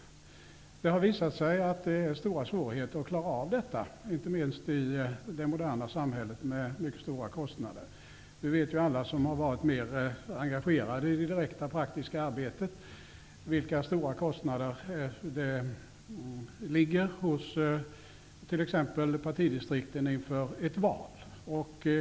Det har visat sig att det är stora svårigheter med att klara av detta, inte minst i det moderna samhället, där kostnaderna är mycket stora. Vi vet alla som har varit engagerade i det direkta praktiska arbetet vilka stora kostnader som ligger hos t.ex. partidistrikten inför ett val.